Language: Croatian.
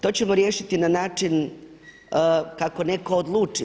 To ćemo riješiti na način kako netko odluči.